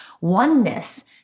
oneness